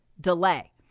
delay